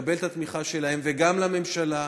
לקבל את התמיכה שלהם, וגם לממשלה: